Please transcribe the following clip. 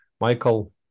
Michael